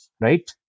right